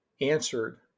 Answered